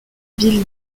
billy